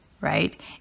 right